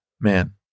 man